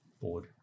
Board